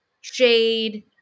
shade